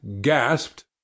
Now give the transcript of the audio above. gasped